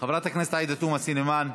חברת הכנסת עאידה תומא סלימאן,